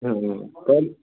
आएब ने तब